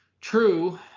True